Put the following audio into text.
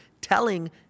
telling